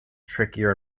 trickier